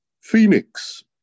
Phoenix